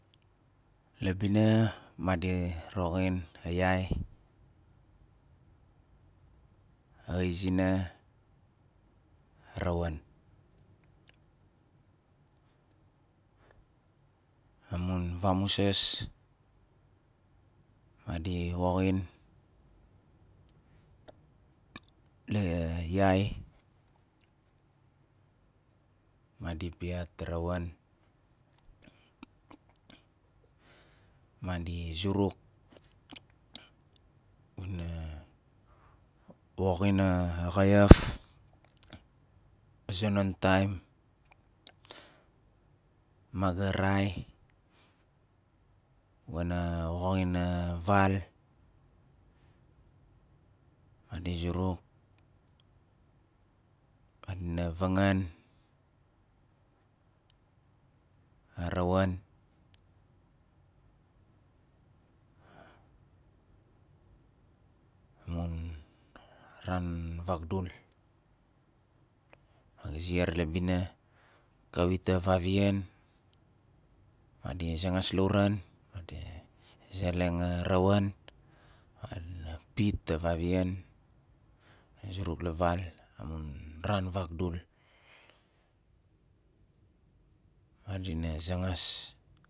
La bina madi roxin a yai a izina a rawaan amun vamusas madi woxin la yai madi piat a rawaan madi zuruk xuna woxin a xayaf a zonon taim ma ga wana woxin a val madi zuruk madina vangaan a rawaan amun ran vagdul ma ga ziar la bina kawit a vavian madi zangas lauran madi zeleng a rawaan madina pit a vavian zuruk la val amun ran vagdul madina zangas